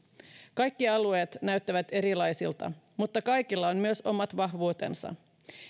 kaikki alueet näyttävät erilaisilta mutta kaikilla on myös omat vahvuutensa